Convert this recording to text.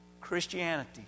Christianity